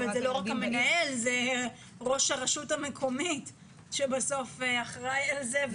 אבל זה לא רק המנהל אלא זה ראש הרשות המקומית שבסוף אחראי על זה.